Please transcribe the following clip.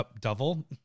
double